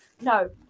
No